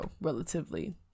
relatively